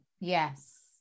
Yes